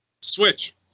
Switch